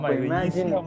imagine